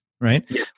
right